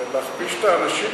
זה להכפיש את האנשים,